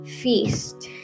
feast